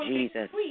Jesus